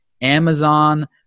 amazon